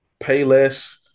Payless